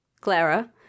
Clara